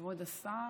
כבוד השר,